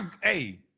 Hey